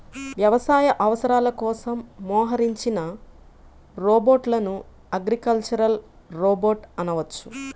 వ్యవసాయ అవసరాల కోసం మోహరించిన రోబోట్లను అగ్రికల్చరల్ రోబోట్ అనవచ్చు